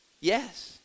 yes